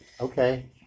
Okay